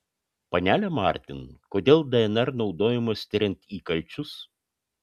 panele martin kodėl dnr naudojamas tiriant įkalčius